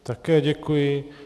Také děkuji.